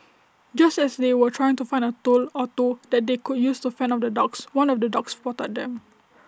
just as they were trying to find A tool or two that they could use to fend off the dogs one of the dogs spotted them